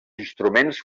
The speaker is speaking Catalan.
instruments